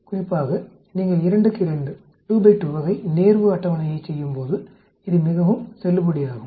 குறிப்பாக நீங்கள் 2 க்கு 2 வகை நேர்வு அட்டவணையைச் செய்யும்போது இது மிகவும் செல்லுபடியாகும்